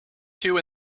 two